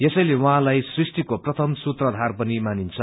यसैले उहाँलाई सृष्टिको प्रथम सूत्रधार पनि मानिन्छ